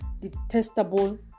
detestable